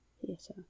Yes